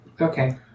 Okay